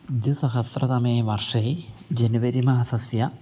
द्विसहस्रतमे वर्षे जेनेवरिमासस्य